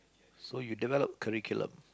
so you develop curriculum